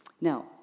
Now